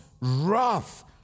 wrath